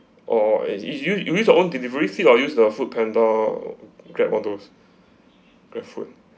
oh oh is it is it you you with your own delivery fee or use the foodpanda Grab all those Grab food